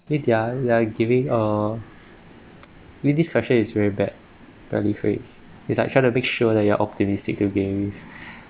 media they are giving uh wendy's question is very bad galefe it's like try to make sure that you are optimistic to gary